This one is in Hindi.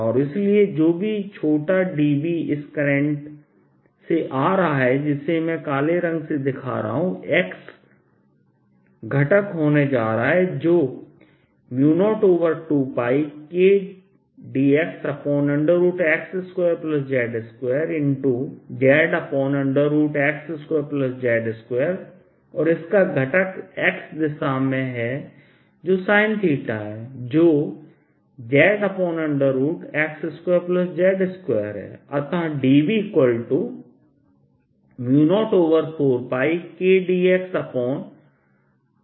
और इसलिए जो भी छोटा dB इस करंट से आ रहा है जिसे मैं काले रंग में दिखा रहा हूं x घटक होने जा रहा है जो 02πKdxx2z2zx2z2 और इसका घटक x दिशा में है जो sin है जो zx2z2 है